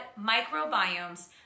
microbiomes